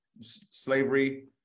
slavery